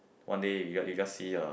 one day we we just see uh